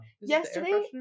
yesterday